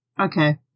Okay